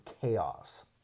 chaos